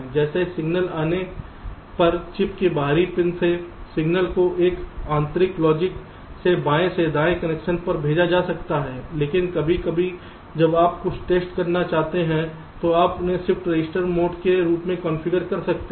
जैसे सिग्नल आने पर चिप के बाहरी पिन से सिग्नल को इस आंतरिक लॉजिक से बाएं से दाएं कनेक्शन पर भेजा जा सकता है लेकिन कभी कभी जब आप कुछ टेस्ट करना चाहते हैं तो आप उन्हें शिफ्ट रजिस्टर मोड के रूप में कॉन्फ़िगर कर सकते हैं